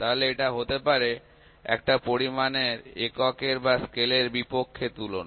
তাহলে এটা হতে পারে একটা পরিমাণের এককের বা স্কেল এর বিপক্ষে তুলনা